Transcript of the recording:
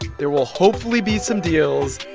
there will hopefully be some deals.